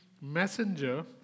messenger